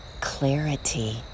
clarity